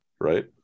right